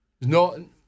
No